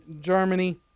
Germany